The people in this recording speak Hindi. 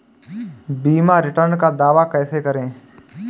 बीमा रिटर्न का दावा कैसे करें?